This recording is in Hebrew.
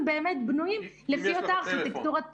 באמת בנויים לפי אותה ארכיטקטורת פרטיות.